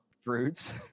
fruits